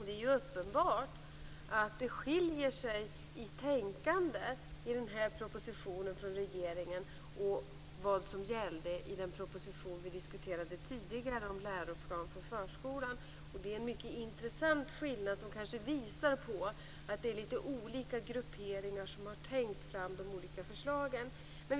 Det är uppenbart att tänkandet i den här propositionen skiljer sig från det som gällde i den proposition vi diskuterade tidigare om läroplan för förskolan. Det är en mycket intressant skillnad som kanske visar på att det är litet olika grupperingar som har tänkt fram de olika förslagen.